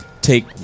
take